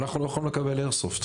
אנחנו לא יכולים לקבל איירסופט.